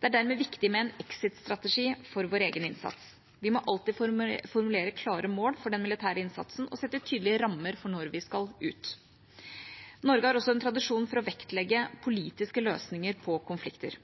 Det er dermed viktig med en exitstrategi for vår egen innsats. Vi må alltid formulere klare mål for den militære innsatsen og sette tydelige rammer for når vi skal ut. Norge har også en tradisjon for å vektlegge politiske løsninger på konflikter.